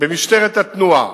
במשטרת התנועה.